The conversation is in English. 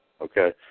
Okay